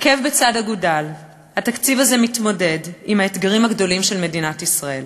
עקב בצד אגודל התקציב הזה מתמודד עם האתגרים הגדולים של מדינת ישראל,